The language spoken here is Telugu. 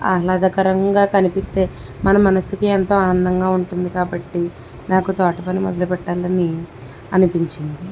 ఆహ్లాదకరంగా కనిపిస్తే మన మనస్సుకి ఎంతో ఆనందంగా ఉంటుంది కాబట్టి నాకు తోటపని మొదలుపెట్టాలని అనిపించింది